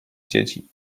dzieci